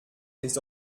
les